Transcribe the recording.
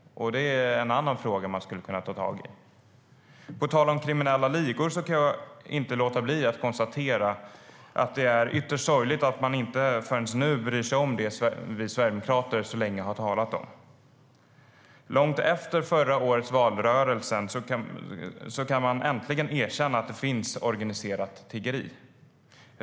Det är en annan fråga man skulle kunna ta tag i. På tal om kriminella ligor kan jag inte låta bli att konstatera att det är ytterst sorgligt att man inte förrän nu bryr sig om det som vi Sverigedemokrater så länge har talat om. Långt efter förra årets valrörelse kan man äntligen erkänna att det finns ett organiserat tiggeri.